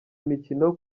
imikino